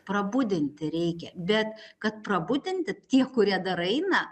prabudinti reikia bet kad prabudinti tie kurie dar eina